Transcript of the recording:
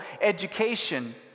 education